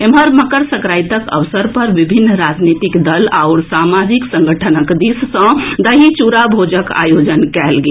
एम्हर मकर संकरातिक अवसर पर विभिन्न राजनीतिक दल आओर सामाजिक संगठनक दिस सँ दही चूड़ा भोजक आयोजन कएल गेल